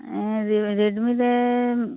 Redmi ᱨᱮ